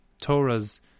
Torah's